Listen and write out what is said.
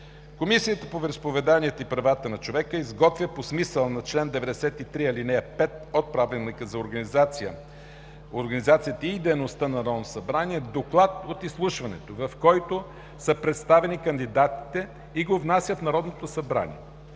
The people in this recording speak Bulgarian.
Комисията по вероизповеданията и правата на човека изготвя по смисъла на чл. 93, ал. 5 от Правилника за организацията и дейността на Народното събрание доклад от изслушването, в който са представени кандидатите и го внася в